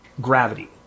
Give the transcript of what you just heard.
gravity